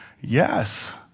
Yes